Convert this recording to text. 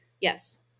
Yes